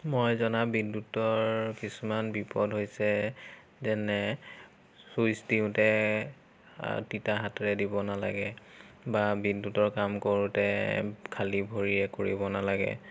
মই জনা বিদ্যুতৰ কিছুমান বিপদ হৈছে যেনে চুইচ দিওঁতে তিতা হাতেৰে দিব নালাগে বা বিদ্যুতৰ কাম কৰোঁতে খালী ভৰিৰে কৰিব নালাগে